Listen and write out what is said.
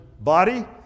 body